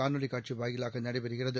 காணொலிக் காட்சி வாயிலாக நடைபெறுகிறது